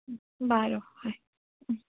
বাৰু হয়